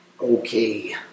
Okay